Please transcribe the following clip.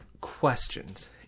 questions